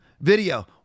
video